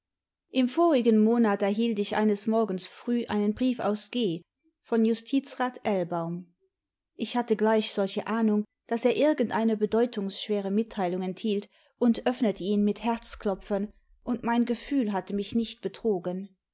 im vorigen monat erhielt ich eines morgens früh einen brief aus g von justizrat ellbaum ich hatte gleich solche ahnung daß er irgendeine bedeutimgsschwere mitteilung enthielt imd öffnete ihn mit herzklopfen und mein gefühl hatte mich nicht betrogen